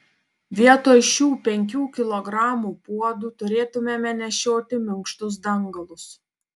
vietoj šių penkių kilogramų puodų turėtumėme nešioti minkštus dangalus